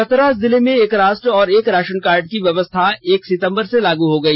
चतरा जिले में एक राष्ट्र और एक राशनकार्ड की व्यवस्था एक सितंबर से लागू हो गई